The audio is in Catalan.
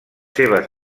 seves